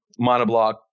monoblock